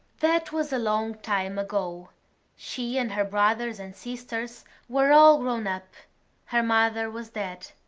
that was a long time ago she and her brothers and sisters were all grown up her mother was dead.